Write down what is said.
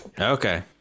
Okay